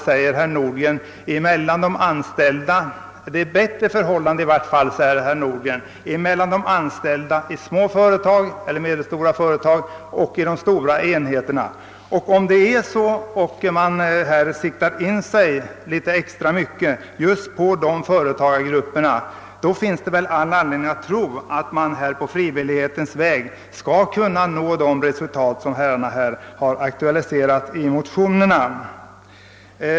Herr Nordgren sade vidare att förhållandet mellan företagare och anställda är bättre i små och medelstora företag än i de stora enheterna. Om detta är fallet och om man siktar in sig på just dessa företagargrupper, finns det väl anledning att tro att man på frivillighetens väg skall kunna nå de resultat som motionärerna eftersträvar.